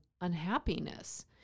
unhappiness